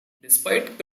despite